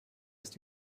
ist